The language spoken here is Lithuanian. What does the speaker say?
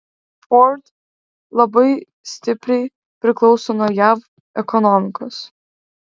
ford labai stipriai priklauso nuo jav ekonomikos